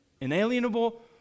inalienable